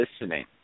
listening